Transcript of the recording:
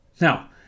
now